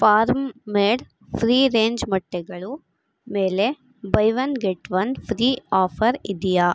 form made free range ಮೊಟ್ಟೆಗಳ ಮೇಲೆ buy one get one free offer ಇದೆಯಾ